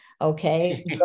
Okay